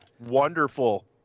wonderful